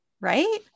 right